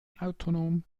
autonom